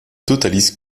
totalise